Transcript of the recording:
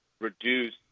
reduce